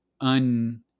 un